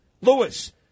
Lewis